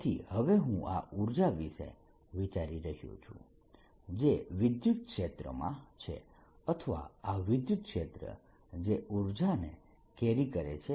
તેથી હવે હું આ ઉર્જા વિશે વિચારી રહ્યો છું જે વિદ્યુતક્ષેત્રમાં છે અથવા આ વિદ્યુતક્ષેત્ર જે ઉર્જાને કેરી કરે છે